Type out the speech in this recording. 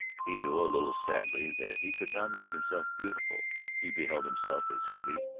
he knew, a little sadly, that he could not make himself beautiful he beheld himself as heavy,